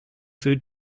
food